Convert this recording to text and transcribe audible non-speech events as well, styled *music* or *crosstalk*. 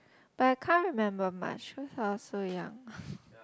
but I can't remember much cause I was so young *breath*